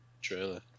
trailer